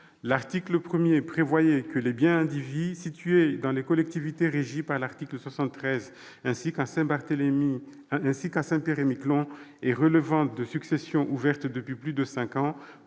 l'article 1, il était prévu que les biens indivis situés dans les collectivités régies par l'article 73 de la Constitution, ainsi qu'à Saint-Pierre-et-Miquelon, et relevant de successions ouvertes depuis plus de cinq ans